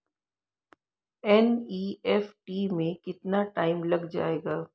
NEFT में कितना time लग जाएगा?